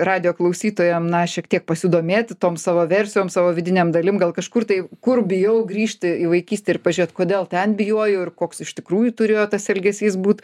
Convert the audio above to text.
radijo klausytojam na šiek tiek pasidomėti tom savo versijom savo vidinėm dalim gal kažkur tai kur bijau grįžti į vaikystę ir pažiūrėt kodėl ten bijojau ir koks iš tikrųjų turėjo tas elgesys būt